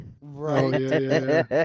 Right